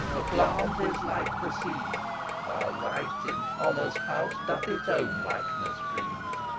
the plant is like the seed while right, in honour's house, doth its own likeness breed.